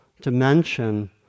dimension